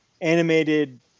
animated